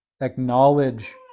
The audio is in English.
acknowledge